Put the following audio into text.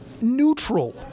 neutral